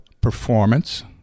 performance